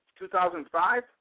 2005